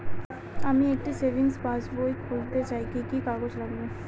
আমি একটি সেভিংস পাসবই খুলতে চাই কি কি কাগজ লাগবে?